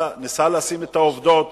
ניסה לשים את העובדות